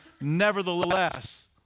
Nevertheless